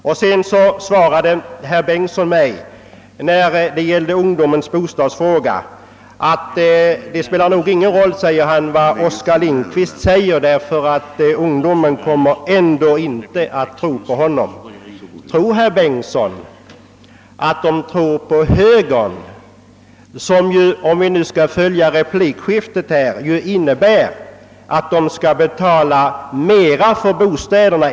Vidare sade herr Bengtson beträffande ungdomens bostadsfråga, att det nog inte spelar någon roll vad Oskar Lindkvist säger, ty ungdomen kommer ändå inte att tro på honom. Tror herr Bengt son, att de tror på högern, som ju, om vi skall dra någon slutsats av replikskiftena här, vill att ungdomen skall betala mera för bostäderna?